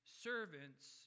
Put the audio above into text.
servants